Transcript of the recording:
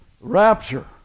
rapture